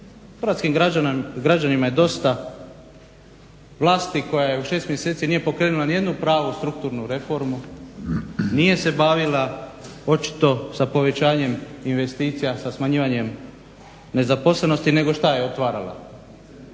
Hrvatskim građanima je dosta vlasti koja u 6 mjeseci nije pokrenula nijednu pravu strukturnu reformu, nije se bavila očito sa povećanjem investicija, sa smanjivanjem nezaposlenosti nego šta je otvarala?